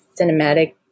cinematic